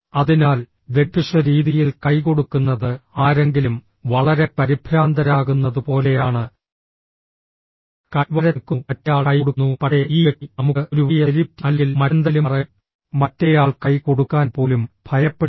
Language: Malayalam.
അതിനാൽ ഡെഡ്ഫിഷ് രീതിയിൽ കൈകൊടുക്കുന്നത് ആരെങ്കിലും വളരെ പരിഭ്രാന്തരാകുന്നത് പോലെയാണ് കൈ വളരെ തണുക്കുന്നു മറ്റേയാൾ കൈ കൊടുക്കുന്നു പക്ഷേ ഈ വ്യക്തി നമുക്ക് ഒരു വലിയ സെലിബ്രിറ്റി അല്ലെങ്കിൽ മറ്റെന്തെങ്കിലും പറയാം മറ്റേയാൾ കൈ കൊടുക്കാൻ പോലും ഭയപ്പെടുന്നു